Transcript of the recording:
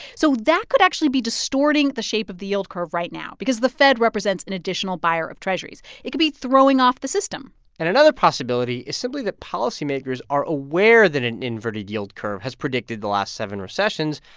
so that could actually be distorting the shape of the yield curve right now because the fed represents an additional buyer of treasurys. it could be throwing off the system and another possibility is simply that policymakers are aware that an inverted yield curve has predicted the last seven recessions,